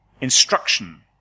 instruction